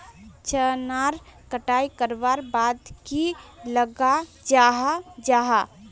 चनार कटाई करवार बाद की लगा जाहा जाहा?